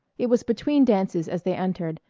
it was between dances as they entered,